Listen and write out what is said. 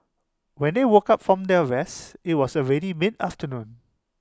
when they woke up from their rest IT was already mid afternoon